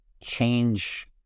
change